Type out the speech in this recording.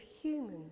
humans